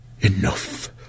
Enough